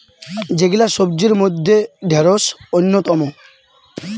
যেগিলা সবজির মইধ্যে ঢেড়স অইন্যতম